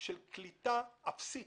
של קליטה אפסית